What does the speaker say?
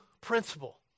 principle